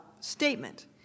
Statement